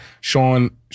Sean